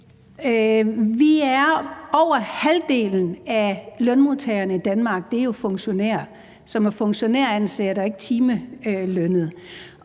Men over halvdelen af lønmodtagerne i Danmark er jo funktionærer, som er funktionæransat og ikke timelønnet,